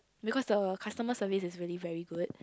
because the customer service is really very good